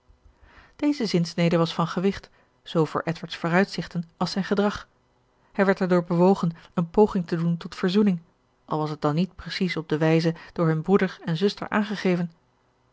deze zinsnede was van gewicht zoo voor edward's vooruitzichten als zijn gedrag hij werd erdoor bewogen een poging te doen tot verzoening al was het dan niet precies op de wijze door hun broeder en zuster aangegeven